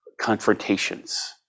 confrontations